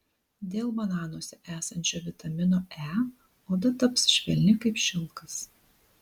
dėl bananuose esančio vitamino e oda taps švelni kaip šilkas